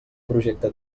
projecte